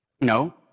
no